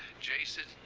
jason,